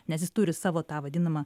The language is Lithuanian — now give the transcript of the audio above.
nes jis turi savo tą vadinamą